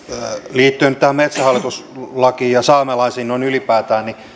liittyen nyt tähän metsähallitus lakiin ja saamelaisiin noin ylipäätään